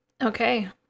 Okay